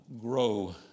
grow